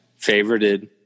Favorited